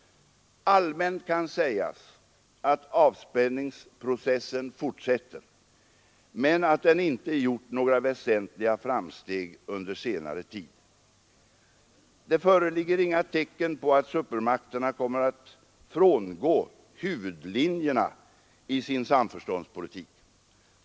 Allmänt kan sägas att avspänningsprocessen fortsätter, men att den inte gjort några väsentliga framsteg under senare tid. Det föreligger inga tecken på att supermakterna kommer att frångå huvudlinjerna i sin samförståndspolitik.